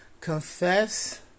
confess